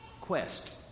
Quest